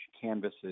canvases